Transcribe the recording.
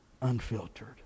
Unfiltered